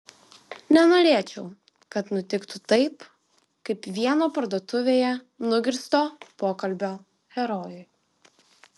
nenorėčiau kad nutiktų taip kaip vieno parduotuvėje nugirsto pokalbio herojui